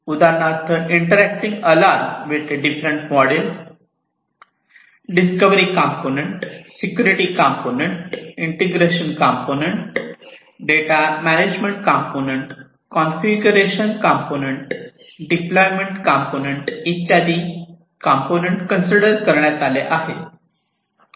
उदाहरणार्थ interacting alarm with different model discovery component security component integration component data management component configuration component deployment component इत्यादी component consider करण्यात आले आहे